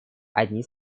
одни